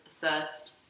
first